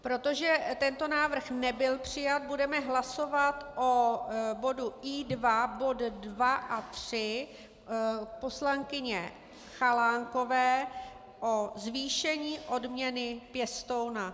Protože tento návrh nebyl přijat, budeme hlasovat o bodu I2 bod 2 a 3 poslankyně Chalánkové zvýšení odměny pěstouna.